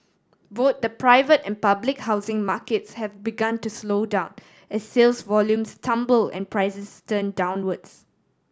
both the private and public housing markets have begun to slow down as sales volumes tumble and prices turn downwards